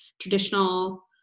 traditional